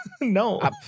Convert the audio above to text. no